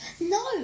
No